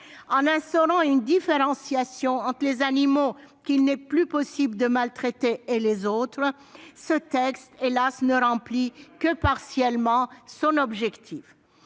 En instaurant une différenciation entre les animaux qu'il n'est plus possible de maltraiter et les autres, ce texte n'atteint hélas que partiellement son objectif.